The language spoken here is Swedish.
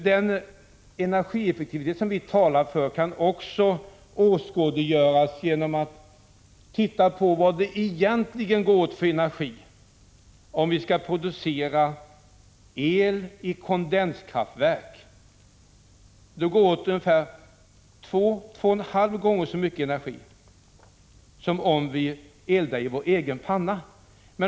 Den energieffektivitet som vi talar för kan också åskådliggöras genom att man ser på hur mycket energi det egentligen går åt. Om vi skall producera el i kondenskraftverk, går det åt ungefär 2-2,5 gånger så mycket energi som om vi eldar i vår egen panna.